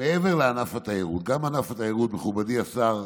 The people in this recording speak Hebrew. מעבר לענף התיירות, גם ענף התיירות, מכובדי השר,